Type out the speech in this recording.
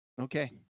okay